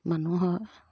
মানুহৰ